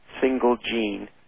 single-gene